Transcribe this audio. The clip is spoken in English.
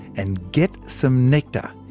and get some nectar.